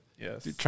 Yes